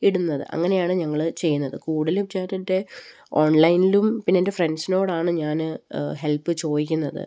ഇടുന്നത് അങ്ങനെയാണ് ഞങ്ങള് ചെയ്യുന്നത് കൂടുതലും ഞാനെൻ്റെ ഓൺലൈനിലും പിന്നെ എൻ്റെ ഫ്രണ്ട്സിനോടുമാണ് ഞാന് ഹെല്പ്പ് ചോദിക്കുന്നത്